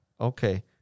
Okay